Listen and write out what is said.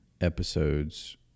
episodes